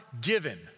given